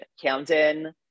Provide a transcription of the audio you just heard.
Camden